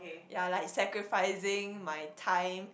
ya like sacrificing my time